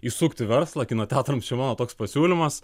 įsukti verslą kino teatrams čia mano toks pasiūlymas